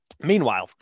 Meanwhile